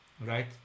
right